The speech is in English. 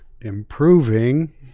Improving